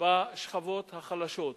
בשכבות החלשות,